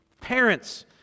Parents